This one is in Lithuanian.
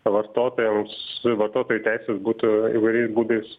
vartotojams vartotojų teisės būtų įvairiais būdais